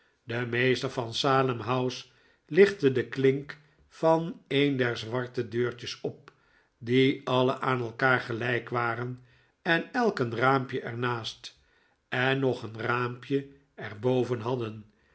de meester van salem house lichtte de klink van een der zwarte deurtjes op die alle aan elkaar gelijk waren en elk een raampje er naast en nog een raampje er boven hadden